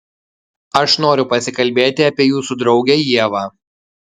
aš noriu pasikalbėti apie jūsų draugę ievą